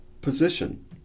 position